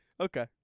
Okay